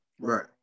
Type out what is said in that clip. right